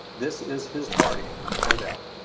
this is his party no doubt